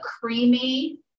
creamy